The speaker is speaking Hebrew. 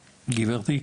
גברתי,